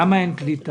למה אין קליטה?